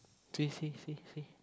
see see see see